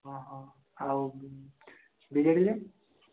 ହଁ ହଁ ଆଉ ବିଜେଡ଼ିରେ